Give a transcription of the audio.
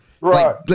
Right